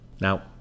Now